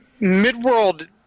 Midworld